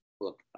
Look